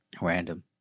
random